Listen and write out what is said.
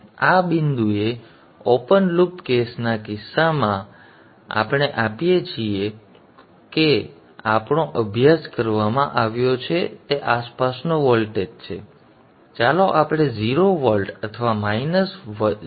હવે આ બિંદુએ ઓપન લૂપ કેસના કિસ્સામાં આપણે આપીએ છીએ કે આપણે કહીએ કે આપણો અભ્યાસ કરવામાં આવ્યો છે તે આસપાસનો વોલ્ટેજ છે ચાલો આપણે 0 વોલ્ટ અથવા માઇનસ 0